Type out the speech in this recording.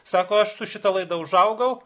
sako aš su šita laida užaugau